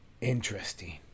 Interesting